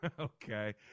Okay